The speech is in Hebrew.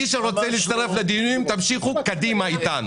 מי שרוצה להשתתף בדיונים, תמשיכו קדימה אתנו.